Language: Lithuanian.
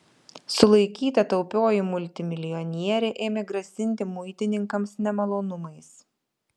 sulaikyta taupioji multimilijonierė ėmė grasinti muitininkams nemalonumais